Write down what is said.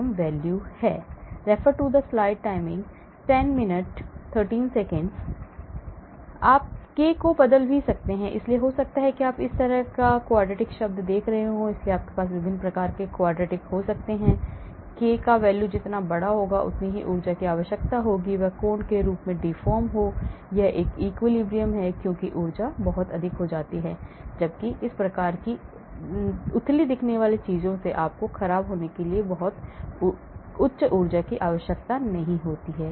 आप k को बदल भी सकते हैं इसलिए हो सकता है कि आप इस तरह या इस तरह से quadratic शब्द देख रहे हों इसलिए आपके पास विभिन्न प्रकार के quadratic हो सकते हैं k का मान जितना बड़ा होगा उतनी ऊर्जा की आवश्यकता होगी कि वह कोण के रूप में deform हो यह equilibrium है क्योंकि ऊर्जा बहुत अधिक हो जाती है जबकि इस प्रकार की उथली दिखने वाली चीज़ों से आपको ख़राब होने के लिए बहुत उच्च ऊर्जा की आवश्यकता नहीं होती है